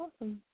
Awesome